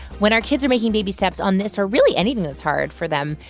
when our kids are making baby steps on this or really anything that's hard for them,